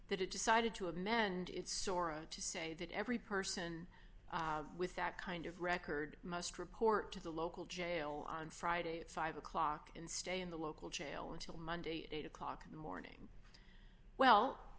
that it decided to amend its sora to say that every person with that kind of record must report to the local jail on friday at five o'clock and stay in the local jail until monday at eight o'clock in the morning well